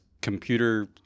computer